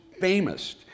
famous